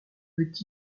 veut